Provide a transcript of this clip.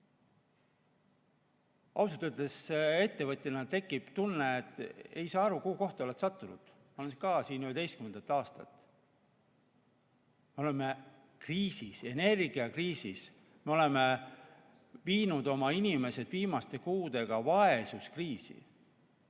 Ausalt öeldes ettevõtjana tekib tunne, et ei saa aru, kuhu kohta oled sattunud. Ma olen siin [Riigikogus] üheteistkümnendat aastat. Me oleme kriisis, energiakriisis, me oleme viinud oma inimesed viimaste kuudega vaesuskriisi.